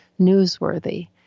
newsworthy